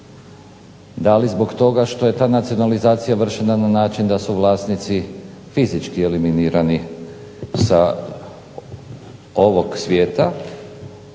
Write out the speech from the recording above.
Da li zbog toga što je ta nacionalizacija vršena na način da su vlasnici fizički eliminirani sa ovog svijeta